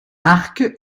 arc